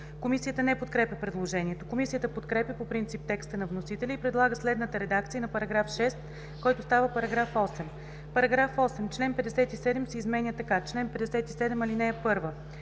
Комисията не подкрепя предложението. Комисията подкрепя по принцип текста на вносителя и предлага следната редакция на § 6, който става § 8: „§ 8. Член 57 се изменя така: „Чл. 57.